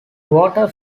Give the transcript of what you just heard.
water